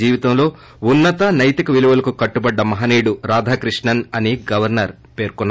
జీవితంలో ఉన్నత సైతిక విలువలకు కట్టుబడిన మహనీయుడు రాధాకృష్ణన్ అని గవర్స ర్ పేర్కొన్నారు